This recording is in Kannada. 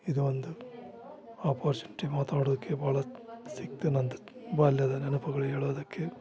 ಇದು ಒಂದು ಆಪೊರ್ಚುನಿಟಿ ಮಾತಾಡೋದಕ್ಕೆ ಭಾಳ ಸಿಕ್ತಿನಂತ ಬಾಲ್ಯದ ನೆನಪುಗಳು ಹೇಳೋದಕ್ಕೆ